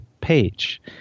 page